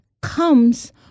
comes